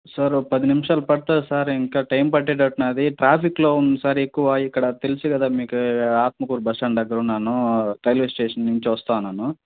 sir ఒక పది నిమిషాలు పడుతుంది సార్ ఇంకా టైమ్ పట్టేటట్టుంది ట్రాఫిక్లో ఉంది సార్ ఎక్కువ ఇక్కడ తెలుసు కదా మీకు ఆత్మకూరు బస్స్టాండ్ దగ్గర ఉన్నాను రైల్వే స్టేషన్ నుంచి వస్తూ ఉన్నాను